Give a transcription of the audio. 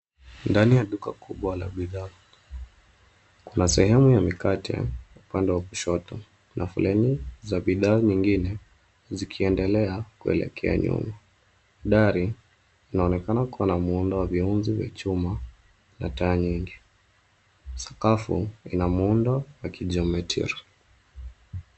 Ndani ya duka kubwa la bidhaa kuna sehemu ya mikate. Upande wa kushoto kuna foleni za bidhaa nyingine zikiendelea kuelekea nyuma. Dari linaonekana kuwa na muundo wa viunzi vya chuma na taa nyingi. Sakafu ina muundo wa kijometia.